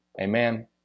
Amen